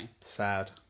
sad